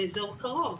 באזור קרוב.